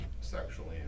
sexually